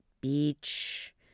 beach